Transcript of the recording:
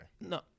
no